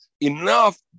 enough